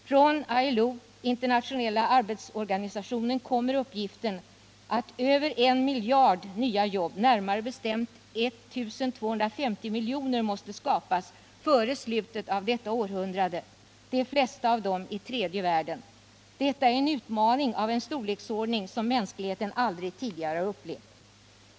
Från ILO, Internationella arbetsorganisationen, kommer uppgiften att över en miljard nya jobb, närmare bestämt 1 250 miljoner, måste skapas före slutet av detta århundrade, de flesta av dem i tredje världen. Detta är en utmaning av en storleksordning som mänskligheten aldrig tidigare har upplevt.